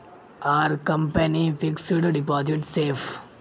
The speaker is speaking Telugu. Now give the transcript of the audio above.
Are company fixed deposit safe?